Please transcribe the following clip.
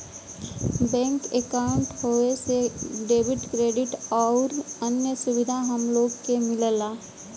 bank अंकाउट होये से डेबिट, क्रेडिट आउर अन्य सुविधा हम लोग के मिलला